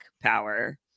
power